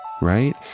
Right